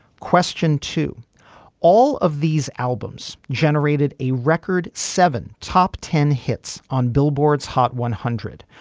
question to all of these albums generated a record seven top ten hits on billboard's hot one hundred.